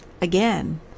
again